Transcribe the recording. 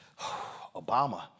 Obama